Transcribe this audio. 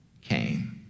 came